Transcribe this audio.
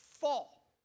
fall